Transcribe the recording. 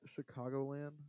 chicagoland